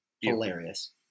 Hilarious